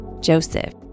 Joseph